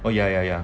oh ya ya ya